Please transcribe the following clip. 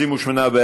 סעיפים 1 7 נתקבלו.